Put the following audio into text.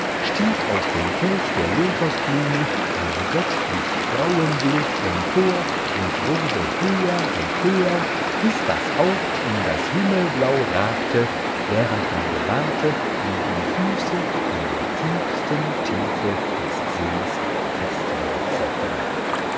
stieg aus dem kelch der lotosblume ein göttlich frauenbild empor und wurde höher und höher bis das haupt in das himmelblau ragte während man gewahrte wie die füße in der tiefsten tiefe des sees